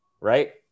right